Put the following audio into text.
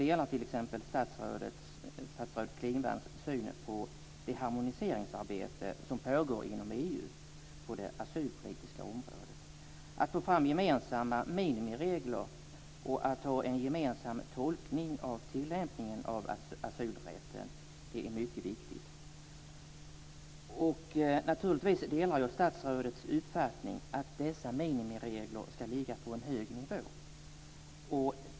Jag delar t.ex. statsrådet Klingvalls syn på det harmoniseringsarbete som pågår inom EU på det asylpolitiska området. Det är mycket viktigt att ta fram gemensamma minimiregler och att ha en gemensam tolkning av tillämpningen av asylrätten. Naturligtvis delar jag också statsrådets uppfattning att dessa minimiregler ska ligga på en hög nivå.